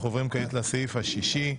אנחנו עוברים לסעיף 6 ו-7.